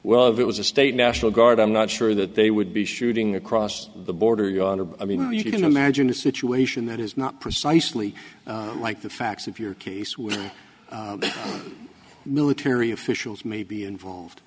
well if it was a state national guard i'm not sure that they would be shooting across the border i mean you can imagine a situation that is not precisely like the facts of your case with military officials may be involved